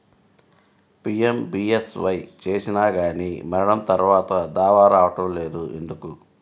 PMBSY చేసినా కానీ మరణం తర్వాత దావా రావటం లేదు ఎందుకు?